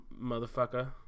motherfucker